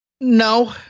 No